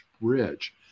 Bridge